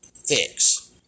Fix